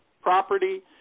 property